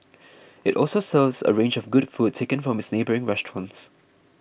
it also serves a range of good food taken from its neighbouring restaurants